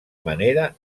manera